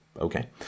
Okay